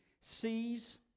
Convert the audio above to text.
sees